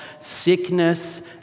sickness